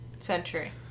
century